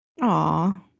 Aww